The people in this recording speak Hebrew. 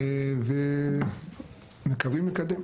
ומקווים לקדם.